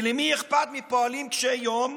כי למי אכפת מפועלים קשי יום?